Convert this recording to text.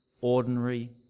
ordinary